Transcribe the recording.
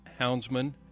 houndsman